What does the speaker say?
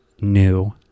new